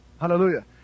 Hallelujah